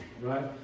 right